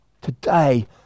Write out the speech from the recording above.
Today